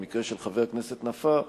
במקרה של חבר הכנסת נפאע,